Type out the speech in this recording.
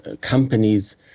companies